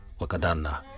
Wakadana